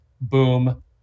boom